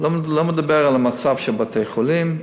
לא מדבר על המצב של בתי-חולים,